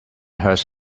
hurts